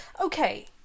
okay